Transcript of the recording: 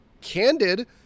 candid